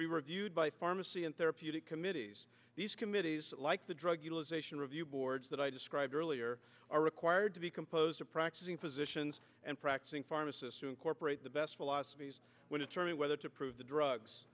be reviewed by pharmacy and therapeutic committees these committees like the drug utilization review boards that i described earlier are required to be composed of practicing physicians and practicing pharmacists to incorporate the best philosophies when attorney whether to approve the drugs